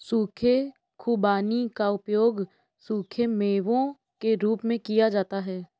सूखे खुबानी का उपयोग सूखे मेवों के रूप में किया जाता है